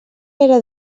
era